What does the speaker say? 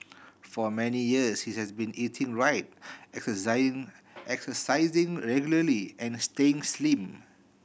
for many years he has been eating right exercising regularly and staying slim